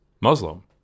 Muslim